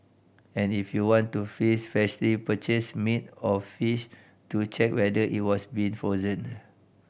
and if you want to freeze freshly purchase meat or fish do check whether it was been frozen